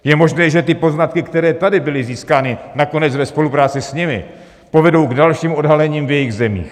Je možné, že ty poznatky, které tady byly získány, nakonec ve spolupráci s nimi povedou k dalšímu odhalení v jejich zemích.